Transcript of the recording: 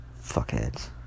fuckheads